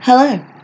Hello